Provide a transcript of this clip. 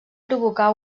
provocar